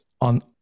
on